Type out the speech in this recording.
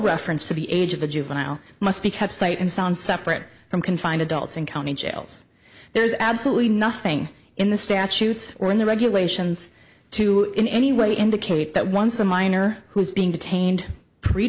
reference to the age of the juvenile must be kept sight and sound separate from confined adults and county jails there's absolutely nothing in the statutes or in the regulations to in any way indicate that once a minor who is being detained